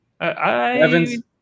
Evans